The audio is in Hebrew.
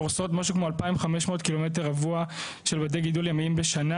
הורסות משהו כמו 2,500 ק"מ רבוע של בתי גידול ימיים בשנה.